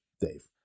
Dave